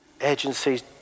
agencies